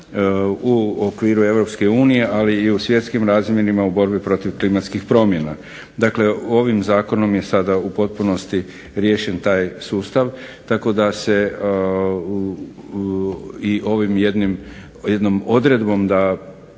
u okviru Europske unije ali i u svjetskim razmjerima u borbi protiv klimatskih promjena. Dakle, ovim zakonom je sada u potpunosti sada riješen taj sustav tako da se i ovim jednom odredbom da